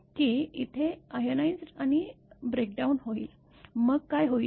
की इथे आयनाइज्ड आणि ब्रेकडाऊन होईल मग काय होईल